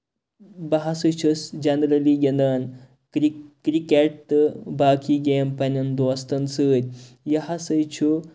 بہٕ ہسا چھُس جَنرٔلی گِندان کِرکٹ تہٕ باقٕے گیمہٕ پَنٕنٮ۪ن دوستَن سۭتۍ یہِ ہسا چھُ